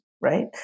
right